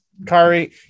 Kari